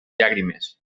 llàgrimes